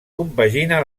compagina